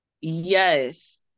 Yes